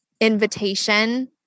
invitation